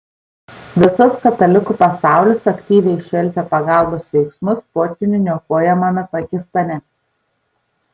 visas katalikų pasaulis aktyviai šelpia pagalbos veiksmus potvynių niokojamame pakistane